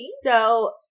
So-